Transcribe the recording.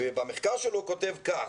במחקר שלו הוא כותב כך: